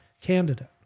candidate